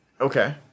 okay